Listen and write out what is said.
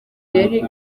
yari